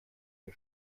wir